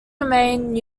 remain